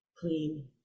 clean